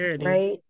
right